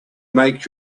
make